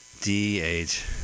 D-H